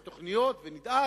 יש תוכניות ונדאג,